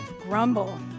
grumble